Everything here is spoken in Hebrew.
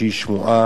אנשים נאמנים